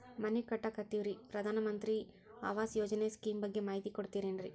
ಮನಿ ಕಟ್ಟಕತೇವಿ ರಿ ಈ ಪ್ರಧಾನ ಮಂತ್ರಿ ಆವಾಸ್ ಯೋಜನೆ ಸ್ಕೇಮ್ ಬಗ್ಗೆ ಮಾಹಿತಿ ಕೊಡ್ತೇರೆನ್ರಿ?